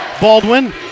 Baldwin